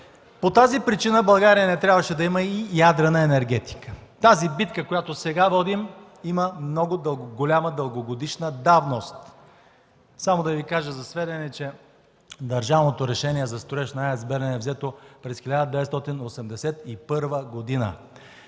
По тази причина България не трябваше да има и ядрена енергетика. Тази битка, която сега водим, има голяма дългогодишна давност. Само да Ви кажа за сведение, че държавното решение за строеж на АЕЦ „Белене” е взето през 1981 г.